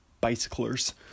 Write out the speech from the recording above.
bicyclers